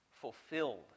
fulfilled